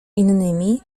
innymi